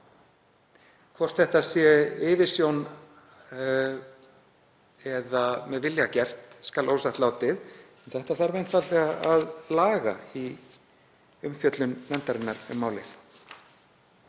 Hvort þetta er yfirsjón eða með vilja gert skal ósagt látið, en þetta þarf einfaldlega að laga í umfjöllun nefndarinnar um málið.